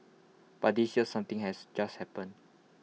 but this year something has just happened